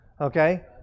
Okay